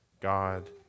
God